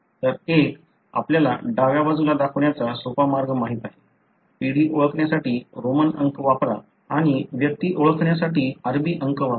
तर एक आपल्याला डाव्या बाजूला दाखवण्याचा सोपा मार्ग माहित आहे पिढी ओळखण्यासाठी रोमन अंक वापरा आणि व्यक्ती ओळखण्यासाठी अरबी अंक वापरा